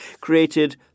created